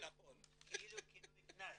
כאילו כינוי גנאי.